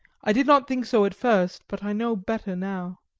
i did not think so at first, but i know better now.